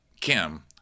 kim